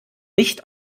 nicht